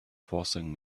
forcing